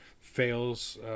fails